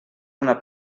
una